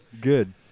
good